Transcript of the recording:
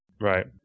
Right